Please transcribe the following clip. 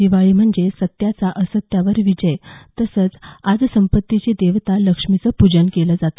दिवाळी म्हणजे सत्याचा असत्यावर विजय तसचं आज संपत्तीची देवता लक्ष्मीचं पूजन केलं जात